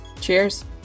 Cheers